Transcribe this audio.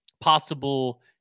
possible